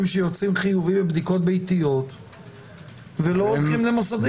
שיוצאים חיוביים בבדיקות ביתיות ולא הולכים למוסדית.